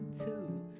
two